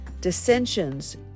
dissensions